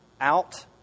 out